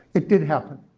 it did happen.